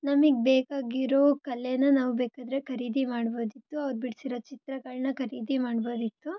ನಮಿಗೆ ಬೇಕಾಗಿರೋ ಕಲೆನ ನಾವು ಬೇಕಾದರೆ ಖರೀದಿ ಮಾಡ್ಬೋದಿತ್ತು ಅವ್ರು ಬಿಡಿಸಿರೋ ಚಿತ್ರಗಳನ್ನ ಖರೀದಿ ಮಾಡ್ಬೋದಿತ್ತು